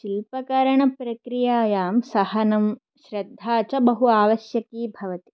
शिल्पकरणप्रक्रियायां साहानं श्रद्धा च बहु आवश्यकी भवति